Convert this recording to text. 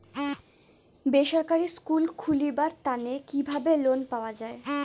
বেসরকারি স্কুল খুলিবার তানে কিভাবে লোন পাওয়া যায়?